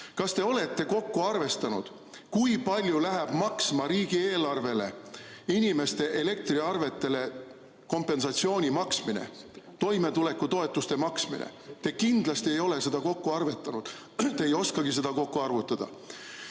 Kas te olete kokku arvestanud, kui palju läheb riigieelarvele maksma inimeste elektriarvete kompensatsiooni maksmine, toimetulekutoetuste maksmine? Te kindlasti ei ole seda kokku arvutanud, te ei oskagi seda kokku arvutada.